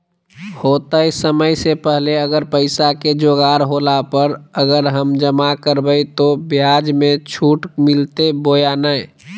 होतय समय से पहले अगर पैसा के जोगाड़ होला पर, अगर हम जमा करबय तो, ब्याज मे छुट मिलते बोया नय?